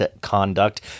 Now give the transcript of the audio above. conduct